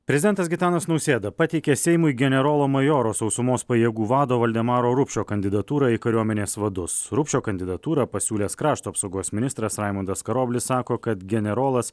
prezidentas gitanas nausėda pateikė seimui generolo majoro sausumos pajėgų vado valdemaro rupšio kandidatūrą į kariuomenės vadus rupšio kandidatūrą pasiūlęs krašto apsaugos ministras raimundas karoblis sako kad generolas